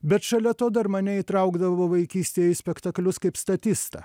bet šalia to dar mane įtraukdavo vaikystėj į spektaklius kaip statistą